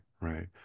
right